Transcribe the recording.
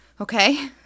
Okay